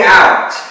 out